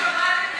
חברת הכנסת,